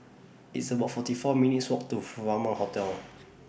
It's about forty four minutes' Walk to Furama Hotel